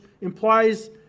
implies